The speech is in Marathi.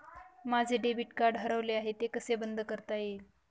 माझे डेबिट कार्ड हरवले आहे ते कसे बंद करता येईल?